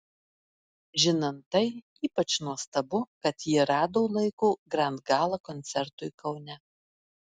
žinant tai ypač nuostabu kad ji rado laiko grand gala koncertui kaune